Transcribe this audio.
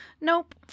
nope